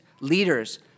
leaders